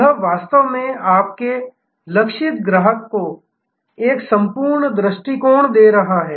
यह वास्तव में आपके लक्षित ग्राहक को एक संपूर्ण दृष्टिकोण दे रहा है